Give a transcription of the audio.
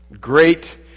Great